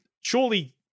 surely